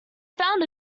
found